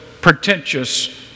pretentious